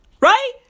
Right